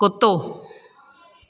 कुतो